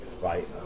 Right